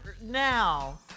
Now